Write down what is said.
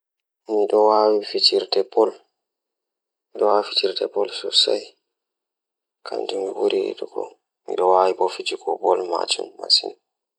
Mi waawi njiddaade e suudu nguurndam ko feccere, ko ndiyam fiyaangu ngal fiyaangu ngal rewɓe ngal. Mi waɗa njangol ngal sabu fiyaangu ngal fiyaangu ngal goɗɗo ngal.